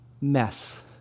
mess